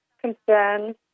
concerns